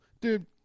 dude